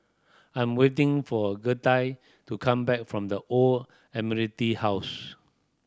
I'm waiting for Gertie to come back from The Old Admiralty House